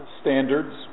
standards